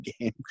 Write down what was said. game